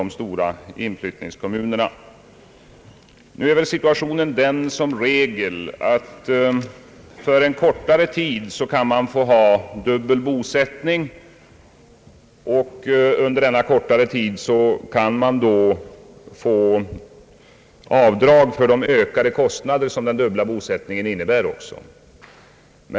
Nu är väl som regel situationen den att dubbel bosättning kan medges under en kortare tid och att under denna kortare tid avdrag kan få göras för de ökade kostnader som den dubbla bosättningen medför.